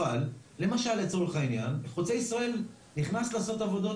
אבל למשל לצורך העניין חוצה ישראל נכנס לעשות עבודות